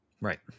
Right